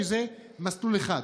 שזה מסלול אחד.